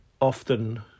Often